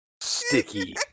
Sticky